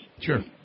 Sure